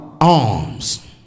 arms